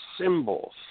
symbols